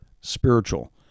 spiritual